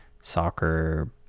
soccer